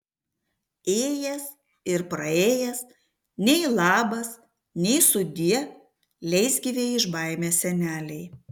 ėjęs ir praėjęs nei labas nei sudie leisgyvei iš baimės senelei